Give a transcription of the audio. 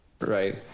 right